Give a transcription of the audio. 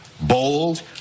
bold